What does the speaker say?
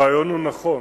הרעיון הוא נכון,